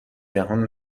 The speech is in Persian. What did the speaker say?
جهان